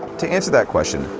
to answer that question,